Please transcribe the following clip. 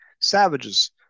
Savages